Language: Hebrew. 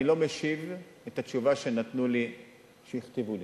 אני לא משיב את התשובה שהכתיבו לי,